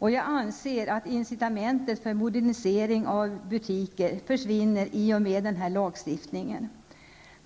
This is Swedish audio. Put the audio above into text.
Jag anser att incitamentet för modernisering av butikerna försvinner i och med denna lagstiftning.